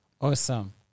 Awesome